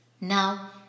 Now